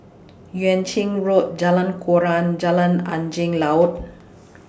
Yuan Ching Road Jalan Koran Jalan Angin Laut